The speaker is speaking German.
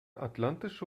atlantische